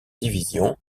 division